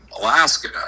Alaska